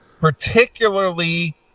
Particularly